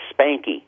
Spanky